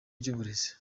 ry’uburezi